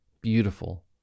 beautiful